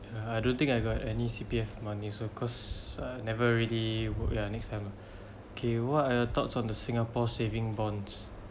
uh I don't think I got any C_P_F money so cause I never really work ya next time lah okay what are your thoughts on the singapore saving bonds